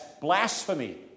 blasphemy